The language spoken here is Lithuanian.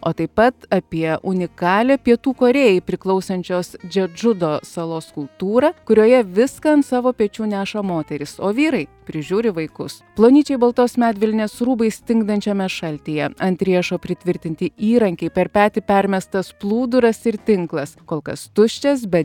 o taip pat apie unikalią pietų korėjai priklausančios džedžudo salos kultūrą kurioje viską ant savo pečių neša moterys o vyrai prižiūri vaikus plonyčiai baltos medvilnės rūbais stingdančiame šaltyje ant riešo pritvirtinti įrankiai per petį permestas plūduras ir tinklas kol kas tuščias bet